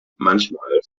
manchmal